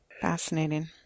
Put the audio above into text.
Fascinating